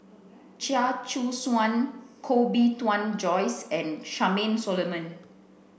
Chia Choo Suan Koh Bee Tuan Joyce and Charmaine Solomon